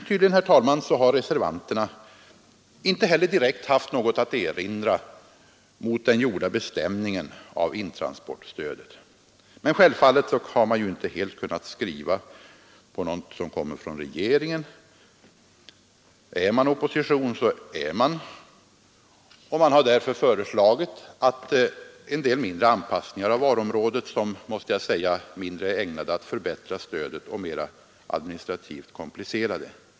Tydligen, herr talman, har reservanterna inte heller direkt haft något att invända mot den gjorda bestämningen av intransportstödet. Men självfallet har man inte helt kunnat skriva på något som kommer från regeringen. Är man opposition så är man, och man har därför föreslagit en del mindre anpassningar av varuområdet som, måste jag säga, är mindre ägnade att förbättra stödet och mera att administrativt komplicera det.